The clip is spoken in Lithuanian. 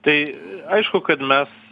tai aišku kad mes